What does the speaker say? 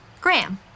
Graham